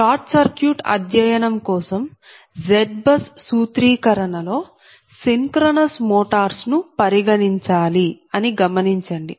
short circuit అధ్యయనం కోసం ZBUS సూత్రీకరణ లో సిన్క్రొనస్ మోటార్స్ ను పరిగణించాలి అని గమనించండి